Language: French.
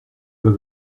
vas